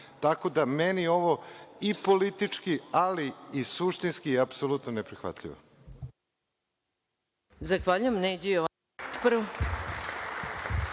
Tako da, meni je ovo i politički, ali i suštinski, apsolutno neprihvatljivo.